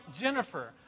Jennifer